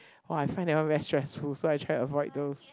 !wah! I find that one very stressful so I try to avoid those